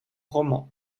roman